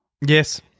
Yes